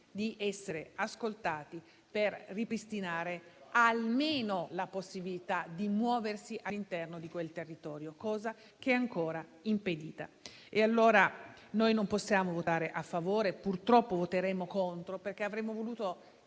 di essere ascoltati per ripristinare almeno la possibilità di muoversi all'interno di quel territorio, cosa che è ancora impedita. Non possiamo pertanto votare a favore, ma purtroppo voteremo contro, perché avremmo voluto